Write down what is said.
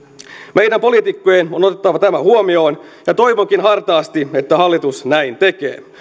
meidän poliitikkojen on otettava tämä huomioon ja toivonkin hartaasti että hallitus näin tekee